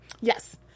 Yes